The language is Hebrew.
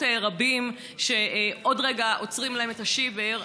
רבים שעוד רגע עוצרים להם את השיבר,